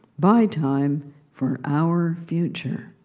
buy time for our future!